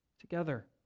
together